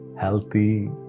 healthy